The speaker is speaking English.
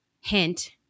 hint